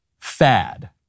Fad